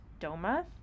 DOMA